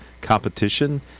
competition